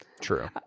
True